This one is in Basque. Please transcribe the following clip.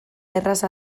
erraz